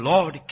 Lord